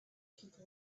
people